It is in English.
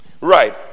Right